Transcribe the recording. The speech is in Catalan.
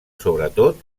sobretot